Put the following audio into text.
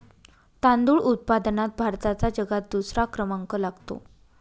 तांदूळ उत्पादनात भारताचा जगात दुसरा क्रमांक लागतो